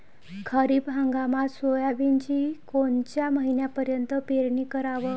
खरीप हंगामात सोयाबीनची कोनच्या महिन्यापर्यंत पेरनी कराव?